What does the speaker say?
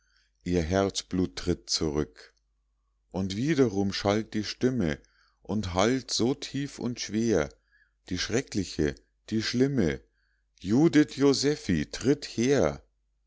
ihr herzblut tritt zurück und wiederum schallt die stimme und hallt so tief und schwer die schreckliche die schlimme judith josephi tritt her